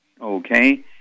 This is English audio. Okay